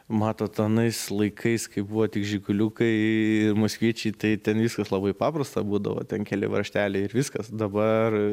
matot anais laikais kai buvo tik žiguliukai moskvičiai tai ten viskas labai paprasta būdavo ten keli varžteliai ir viskas dabar